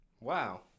Wow